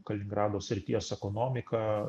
kaliningrado srities ekonomika